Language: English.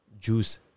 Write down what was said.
juice